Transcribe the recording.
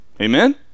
amen